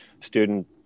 student